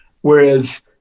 whereas